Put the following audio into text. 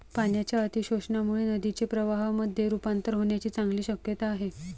पाण्याच्या अतिशोषणामुळे नदीचे प्रवाहामध्ये रुपांतर होण्याची चांगली शक्यता आहे